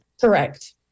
Correct